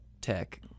tech